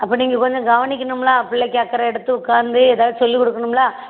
அப்போ நீங்கள் கொஞ்சம் கவனிக்கணும்ல பிள்ளைக்கு அக்கறை எடுத்து உட்காந்து ஏதாவது சொல்லிக் கொடுக்கணும்ல